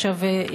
עכשיו,